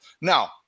Now